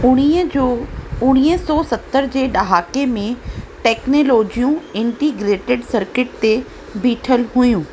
उणिवीह जो उणिवीह सौ सतरि जे ॾहाके में टैक्नालॉजियूं इंटीग्रेटेड सर्किट ते बीठल हुयूं